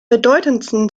bedeutendsten